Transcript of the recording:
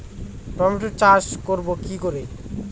Tomato চাষ করব কি করে?